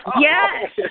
Yes